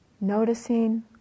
noticing